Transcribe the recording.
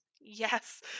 Yes